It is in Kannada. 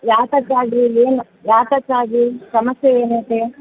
ಯಾತಕ್ಕಾಗಿ ಏನು ಯಾತಕ್ಕಾಗಿ ಸಮಸ್ಯೆ ಏನು ಐತೆ